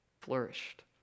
flourished